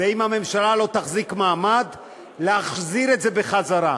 ואם הממשלה לא תחזיק מעמד להחזיר את זה בחזרה.